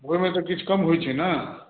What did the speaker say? ओहिमे तऽ किछु कम होइत छै ने